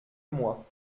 moi